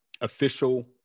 official